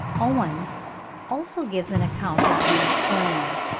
owen also gives an account of these glands,